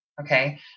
okay